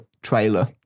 trailer